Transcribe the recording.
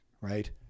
right